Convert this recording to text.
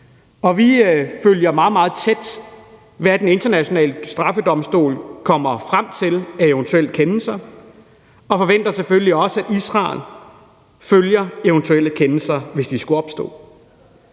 vi følger meget, meget tæt, hvad Den Internationale Straffedomstol kommer frem til af eventuelle kendelser, og forventer selvfølgelig også, at Israel følger eventuelle kendelser, hvis de skulle opstå.